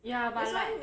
ya but like